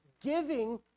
giving